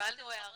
--- קיבלנו הערה,